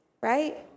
Right